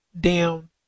down